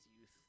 youth